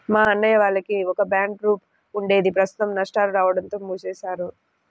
మా అన్నయ్య వాళ్లకి ఒక బ్యాండ్ ట్రూప్ ఉండేది ప్రస్తుతం నష్టాలు రాడంతో మూసివేశారు